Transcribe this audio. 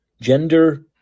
gender